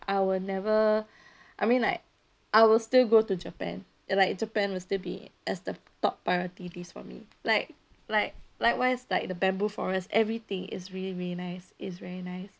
I will never I mean like I will still go to japan like japan will still be as the top priority list for me like like likewise like the bamboo forest everything is really really nice it's very nice